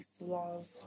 love